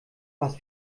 was